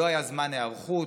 לא היה זמן היערכות,